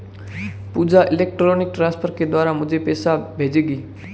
पूजा electronic transfer के द्वारा मुझें पैसा भेजेगी